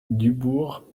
dubourg